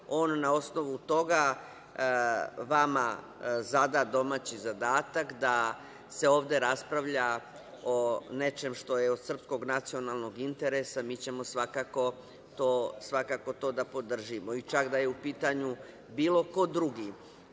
on, na osnovu toga, vama zada domaći zadatak da se ovde raspravlja o nečem što je od srpskog nacionalnog interesa, mi ćemo svakako to da podržimo, čak da je u pitanju bilo ko drugi.